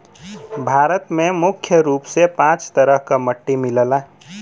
भारत में मुख्य रूप से पांच तरह क मट्टी मिलला